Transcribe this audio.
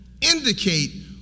indicate